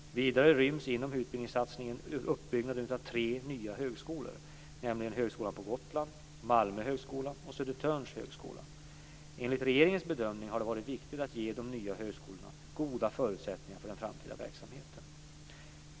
Vidare ryms inom utbildningssatsningen uppbyggnaden av tre nya högskolor, nämligen Högskolan på Gotland, Malmö högskola och Södertörns högskola. Enligt regeringens bedömning har det varit viktigt att ge de nya högskolorna goda förutsättningar för den framtida verksamheten.